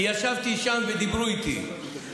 כי ישבתי שם ודיברו איתי,